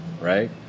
right